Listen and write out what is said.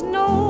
no